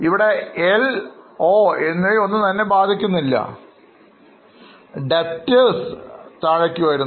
ഇവിടെ LO എന്നിവയെ ഒന്നും തന്നെ ബാധിക്കുന്നില്ല A കുറയുന്നു അതുപോലെ കൂടുന്നു